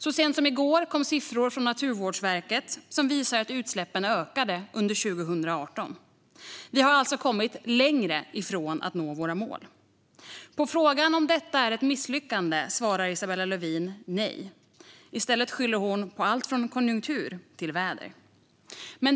Så sent som i går kom siffror från Naturvårdsverket som visar att utsläppen ökade under 2018. Vi har alltså kommit längre från att nå våra mål. På frågan om detta är ett misslyckande svarar Isabella Lövin nej. I stället skyller hon på allt från konjunktur till väder.